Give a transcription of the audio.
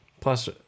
Plus